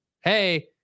Hey